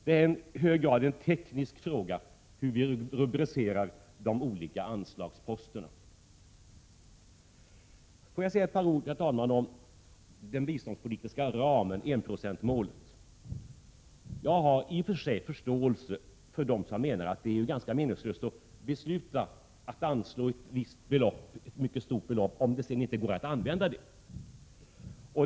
Det är i hög grad en teknisk fråga hur vi rubricerar de olika anslagsposterna. Herr talman! Låt mig säga några ord om den biståndspolitiska ramen, enprocentsmålet. I och för sig har jag förståelse för dem som menar att det är ganska meningslöst att besluta att anslå ett visst mycket stort belopp, om det sedan inte går att använda det.